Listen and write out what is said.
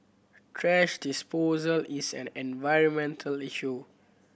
thrash disposal is an environmental issue